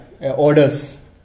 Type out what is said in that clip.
orders